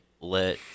let